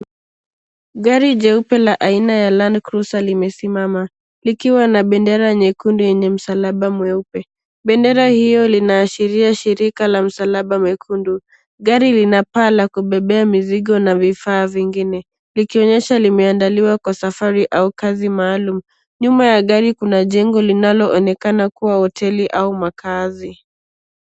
Gari jeupe la aina ya LandCruiser limesimama, likiwa na bendera nyekundu yenye msalaba mweupe. Bendera hilo linaashiria Shirika la Msalaba Mwekundu. Gari lina paa la kubebea mizigo na vifaa vingine, likionyesha limeandaliwa kwa safari au kazi maalum. Nyuma ya gari kuna jengo linaloonekana kuwa hoteli au makazi.